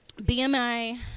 BMI